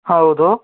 ಹೌದು